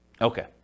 Okay